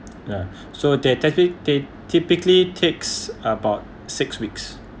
yeah so they're actually they typically takes about six weeks